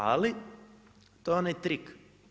Ali to je onaj trik.